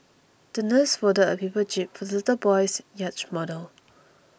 the nurse folded a paper jib for the little boy's yacht model